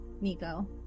Nico